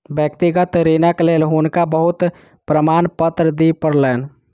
व्यक्तिगत ऋणक लेल हुनका बहुत प्रमाणपत्र दिअ पड़लैन